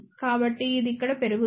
కాబట్టి ఇది ఇక్కడ పెరుగుతుంది